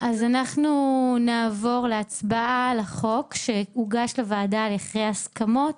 אנחנו נעבור להצבעה על החוק שהוגש לוועדה אחרי הסכמות.